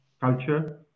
culture